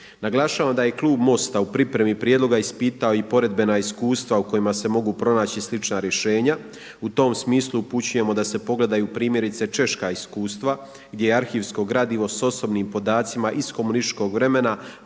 Naglašavam da je klub MOST-a u pripremi prijedloga ispitao i poredbena iskustva u kojima se mogu pronaći slična rješenja. U tom smislu upućujemo da se pogledaju primjerice češka iskustva gdje arhivsko gradivo s osobnim podacima iz komunističkog vremena